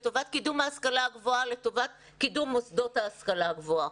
לטובת קידום ההשכלה הגבוהה ולטובת קידום מוסדות ההשכלה הגבוהה.